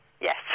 Yes